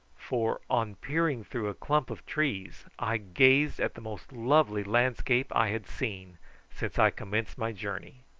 for on peering through a clump of trees i gazed at the most lovely landscape i had seen since i commenced my journey.